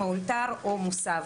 מאולתר או מוסב,